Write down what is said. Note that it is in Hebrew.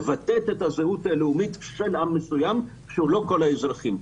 או שהמדינה מבטאת את הזהות הלאומית של עם מסוים שהוא לא כל האזרחים.